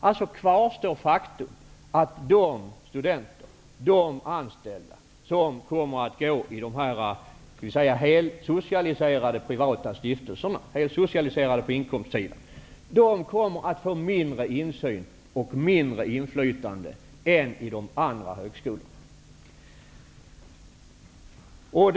Alltså kvarstår faktum, att studenter och anställda vid dessa på inkomstsidan ''helsocialiserade'' privata stiftelser kommer att få mindre insyn och mindre inflytande än studenter och anställda vid andra högskolor.